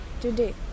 today